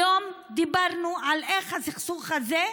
היום דיברנו על איך הסכסוך הזה,